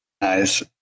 nice